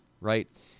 Right